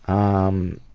um,